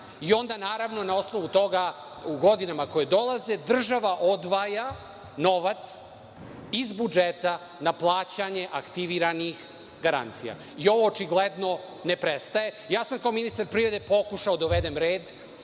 i onda naravno na osnovu toga, u godinama koje dolaze država odvaja novac iz budžeta na plaćanje aktiviranih garancija i ovo očigledno ne prestaje. Ja sam kao ministar privrede pokušao da dovedem red